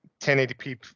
1080p